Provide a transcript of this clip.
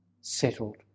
settled